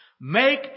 make